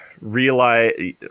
realize